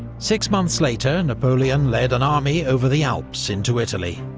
six months later, napoleon led an army over the alps into italy.